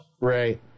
Right